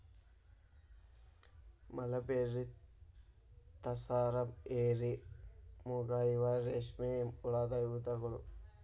mulberry, tasar, eri, muga ಇವ ರೇಶ್ಮೆ ಹುಳದ ವಿಧಗಳು